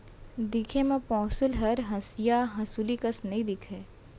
दिखे म पौंसुल हर हँसिया हँसुली कस नइ दिखय